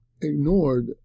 ignored